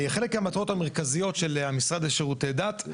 חלק מהמטרות המרכזיות של המשרד לשירותי דת,